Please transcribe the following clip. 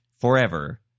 forever